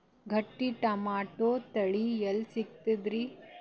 ಗಟ್ಟಿ ಟೊಮೇಟೊ ತಳಿ ಎಲ್ಲಿ ಸಿಗ್ತರಿ?